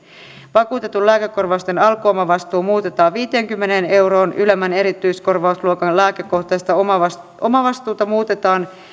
vakuutetun lääkekorvausten alkuomavastuu muutetaan viiteenkymmeneen euroon ylemmän erityiskorvausluokan lääkekohtainen omavastuu muutetaan